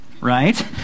right